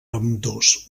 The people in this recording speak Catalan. ambdós